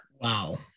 Wow